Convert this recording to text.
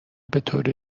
بطور